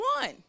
one